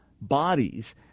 bodies